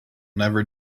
never